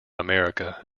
america